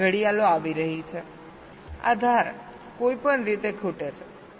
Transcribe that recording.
આ ઘડિયાળો આવી રહી છેઆ ધાર કોઈપણ રીતે ખૂટે છે